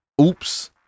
Oops